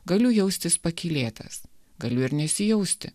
galiu jaustis pakylėtas galiu ir nesijausti